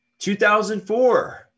2004